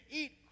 eat